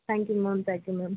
thank you ma'am thank you ma'am